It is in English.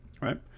right